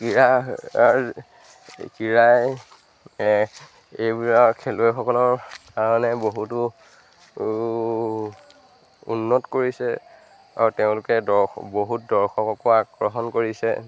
ক্ৰীড়া ক্ৰীড়াই এইবোৰৰ খেলুৱৈসকলৰ কাৰণে বহুতো ও উন্নত কৰিছে আৰু তেওঁলোকে দৰ্শ বহুত দৰ্শকক আকৰ্ষণ কৰিছে